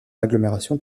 l’agglomération